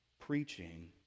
preaching